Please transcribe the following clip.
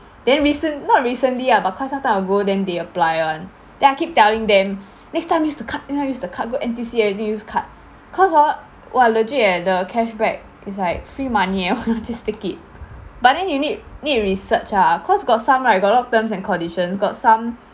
then recent not recently ah but cause sometime I go then they apply [one] then I keep telling them next time use the card next time use the card go N_T_U_C everything and then use card cause hor !wah! legit eh the cashback it's like free money eh why don't just take it but then you need need research ah cause got some right got a lot of terms and condition got some